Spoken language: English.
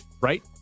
Right